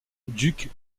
duc